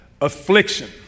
Affliction